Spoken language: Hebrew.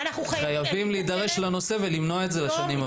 חייבים להידרש לנושא ולמנוע את זה לשנים הבאות.